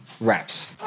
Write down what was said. wraps